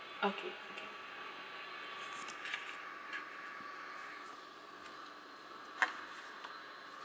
okay can